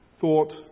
thought